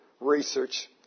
research